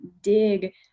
dig